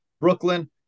Brooklyn